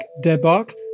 debacle